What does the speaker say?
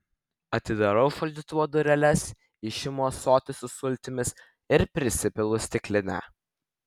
atidarau šaldytuvo dureles išimu ąsotį su sultimis ir prisipilu stiklinę